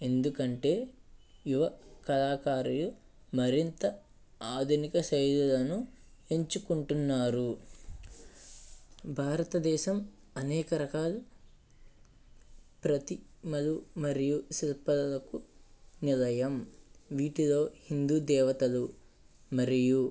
ఎందుకంటే యువ కళాకారులు మరింత ఆధునిక శైలులను ఎంచుకుంటున్నారు భారతదేశం అనేక రకాలు ప్రతి మధు మరియు శిల్పాలకు నిలయం వీటిలో హిందూ దేవతలు మరియు